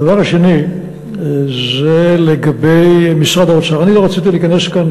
הדבר השני זה לגבי משרד האוצר: אני לא רציתי להיכנס כאן,